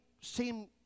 seem